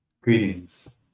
greetings